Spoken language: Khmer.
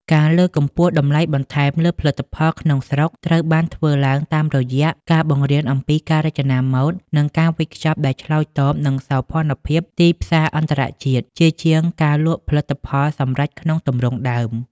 ការលើកកម្ពស់តម្លៃបន្ថែមលើផលិតផលក្នុងស្រុកត្រូវបានធ្វើឡើងតាមរយៈការបង្រៀនអំពីការរចនាម៉ូដ និងការវេចខ្ចប់ដែលឆ្លើយតបនឹងសោភ័ណភាពទីផ្សារអន្តរជាតិ ជាជាងការលក់ផលិតផលសម្រេចក្នុងទម្រង់ដើម។